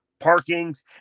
parkings